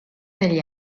negli